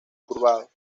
curvado